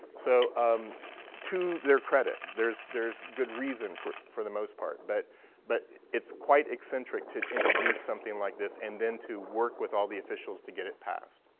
so um to their credit, there's there's good reason for for the most part but but it's quite eccentric to introduce something like this and then to work with all the officials to get it passed.